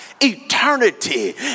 eternity